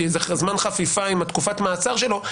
כי יש זמן חפיפה עם תקופת המעצר שלו,